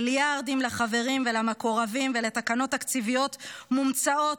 מיליארדים לחברים ולמקורבים ולתקנות תקציביות מומצאות